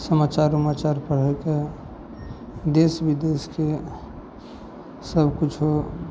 समाचार उमाचार पढ़ैके देश बिदेशके सबकिछो